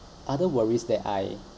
other worries that I